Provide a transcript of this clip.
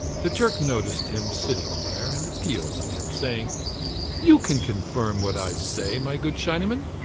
the turk noticed him sitting there, and appealed to him, saying you can confirm what i say, my good chinaman.